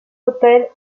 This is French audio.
autel